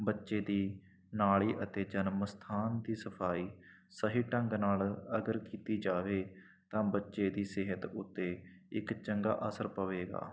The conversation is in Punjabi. ਬੱਚੇ ਦੀ ਨਾਲੀ ਅਤੇ ਜਨਮ ਸਥਾਨ ਦੀ ਸਫਾਈ ਸਹੀ ਢੰਗ ਨਾਲ ਅਗਰ ਕੀਤੀ ਜਾਵੇ ਤਾਂ ਬੱਚੇ ਦੀ ਸਿਹਤ ਉੱਤੇ ਇੱਕ ਚੰਗਾ ਅਸਰ ਪਵੇਗਾ